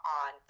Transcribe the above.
on